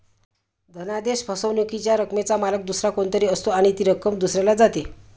धनादेश फसवणुकीच्या रकमेचा मालक दुसरा कोणी तरी असतो आणि ती रक्कम दुसऱ्याला जाते